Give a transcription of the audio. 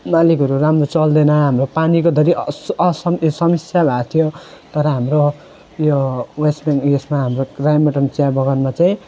मालिकहरू राम्रो चल्दैन हाम्रो पानीको धरि अस असम ए समस्या लाथ्यो तर हाम्रो यो वेस्ट बेङ यसमा हाम्रो राइमाटाङ चिया बगानमा चाहिँ